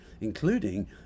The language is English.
including